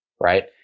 right